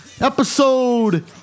episode